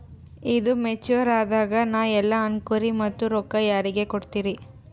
ಈದು ಮೆಚುರ್ ಅದಾಗ ನಾ ಇಲ್ಲ ಅನಕೊರಿ ಮತ್ತ ರೊಕ್ಕ ಯಾರಿಗ ಕೊಡತಿರಿ?